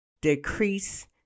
decrease